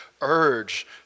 urge